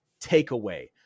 takeaway